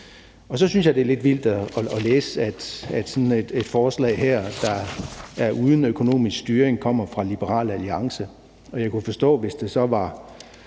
Så synes jeg, at det er lidt vildt at læse, at sådan et forslag her, der er uden økonomisk styring, kommer fra Liberal Alliance. Jeg kunne forstå det, hvis det så var